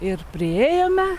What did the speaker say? ir priėjome